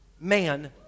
man